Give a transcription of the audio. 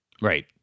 Right